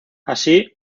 así